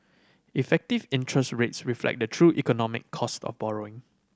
effective interest rates reflect the true economic cost of borrowing